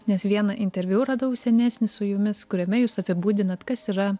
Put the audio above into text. nes vieną interviu radau senesnį su jumis kuriame jūs apibūdinat kas yra